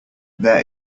there